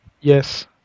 Yes